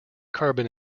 carbon